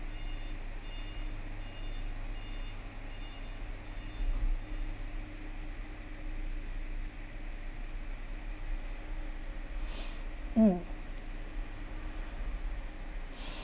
mm